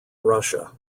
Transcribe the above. russia